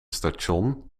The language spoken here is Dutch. station